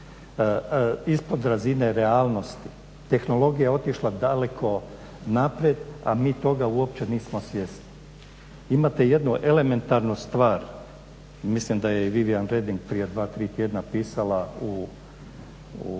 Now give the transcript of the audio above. ispod razine realnosti, tehnologija je otišla daleko naprijed a mi toga uopće nismo svjesni. Imate jednu elementarnu stvar, mislim da je Vivian Weding prije dva, tri tjedna pisala u